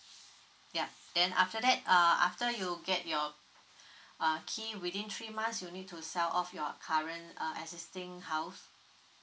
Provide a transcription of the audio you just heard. ya then after that uh after you get your err key within three months you need to sell off your current uh existing house